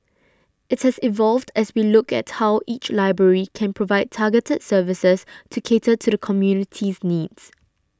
it has evolved as we look at how each library can provide targeted services to cater to the community's needs